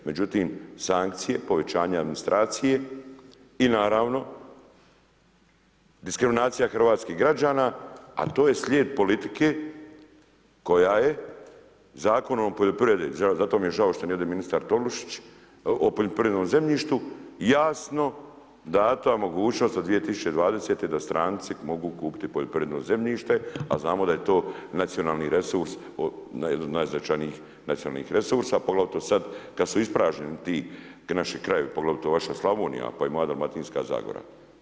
Međutim, sankcije povećanja administracije i naravno, diskriminacija hrvatskih građana, a to je slijed politike koja je Zakon o poljoprivredi, zato mi žao što nije ovdje ministar Tolušić, o poljoprivrednom zemljištu i jasno dana mogućnost od 2020. da stranci mogu kupiti poljoprivredno zemljište, a znamo da je to nacionalni resurs, od najznačajnijih nacionalnih resursa, poglavito sad kad su ispražnjeni ti naši krajevi, poglavito vaša Slavonija, pa i moja Dalamatinska zagora.